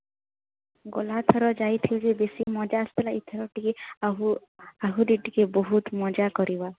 ଗଲା ଥର ଯାଇଥିଲୁ ଯେ ବେଶୀ ମଜା ଆସିଥିଲା ଏଥର ଟିକେ ଆଉ ଆହୁରି ଟିକେ ବହୁତ ମଜା କରିବା